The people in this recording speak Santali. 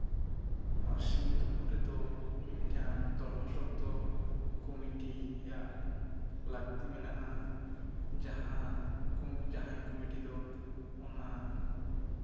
ᱱᱚᱣᱟ ᱥᱤᱢ ᱛᱩᱯᱩᱜ ᱨᱮᱫᱚ ᱢᱤᱫᱴᱟᱝ ᱫᱚᱦᱲᱚ ᱥᱚᱠᱛᱚ ᱠᱚᱢᱤᱴᱤᱭᱟᱜ ᱞᱟᱹᱠᱛᱤ ᱢᱮᱱᱟᱜᱼᱟ ᱡᱟᱦᱟᱸ ᱡᱟᱦᱟᱸᱭ ᱠᱚᱢᱤᱴᱤ ᱫᱚ ᱚᱱᱟ